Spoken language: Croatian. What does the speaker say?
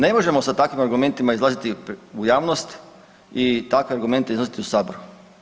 Ne možemo sa takvim argumentima izlaziti u javnost i takve argumente iznositi u saboru.